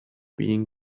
being